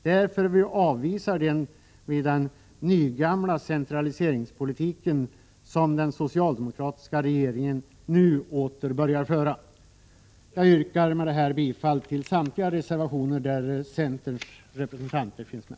Därför avvisar vi den nygamla centraliseringspolitik som den socialdemokratiska regeringen nu åter börjar föra. Jag yrkar med detta bifall till samtliga reservationer där centerns representanter finns med.